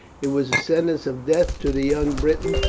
it was a sentence of death to the young briton,